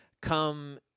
come